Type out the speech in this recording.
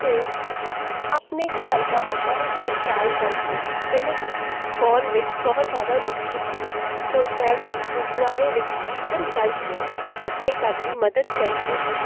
ਅਤੇ ਆਪਣੇ ਘਰ ਦਾ ਮਾਹੌਲ ਦੇਖ ਚਾਲ ਕਰਕੇ ਮੈਨੂੰ ਗਾਉਣ ਵਿੱਚ ਬਹੁਤ ਜ਼ਿਆਦਾ ਰੁਚੀ ਪਈ ਹੁਣ ਮੈਂ ਵੀ ਗੁਰਦੁਆਰੇ ਵਿੱਚ ਕੀਰਤਨ ਕਰਕੇ ਆਪਣੇ ਘਰ ਦੀ ਮਦਦ ਕਰਤੀ ਹਾਂ